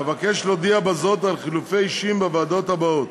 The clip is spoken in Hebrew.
אבקש להודיע בזה על חילופי אישים בוועדות האלה: